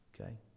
Okay